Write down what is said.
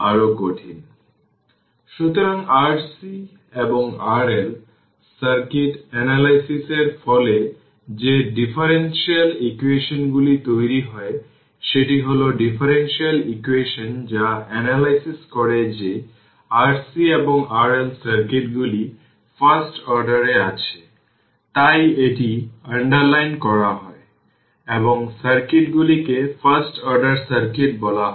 সুতরাং RC এবং RL circuit analysis এর ফলে যে ডিফারেনশিয়াল ইকুয়েশনগুলি তৈরি হয় সেটি হল ডিফারেনশিয়াল ইকুয়েশন যা এনালাইসিস করে যে RC এবং RL সার্কিটগুলি ফার্স্ট অর্ডার এ আছে তাই এটি আন্ডারলাইন করা হয় এবং সার্কিটগুলিকে ফার্স্ট অর্ডার সার্কিট বলা হয়